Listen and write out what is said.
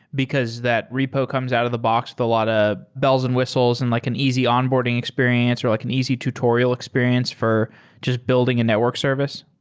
because that repo comes out of the box with a lot of ah bells and whistles and like an easy onboarding experience or like an easy tutorial experience for just building a network service?